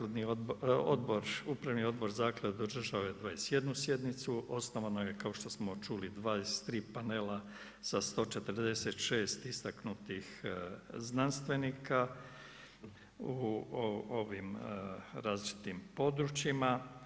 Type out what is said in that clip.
Upravni odbor zaklade održao je 21 sjednicu, osnovano je kao što smo čuli 23 panela sa 146 istaknutih znanstvenika u ovim različitim područjima.